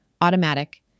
automatic